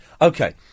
okay